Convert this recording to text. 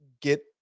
get